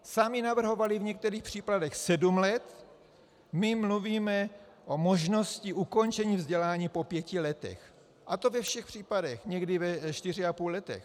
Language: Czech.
Sami navrhovali v některých případech sedm let, my mluvíme o možnosti ukončení vzdělání po pěti letech, a to ve všech případech, někdy ve 4,5 letech.